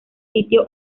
sitio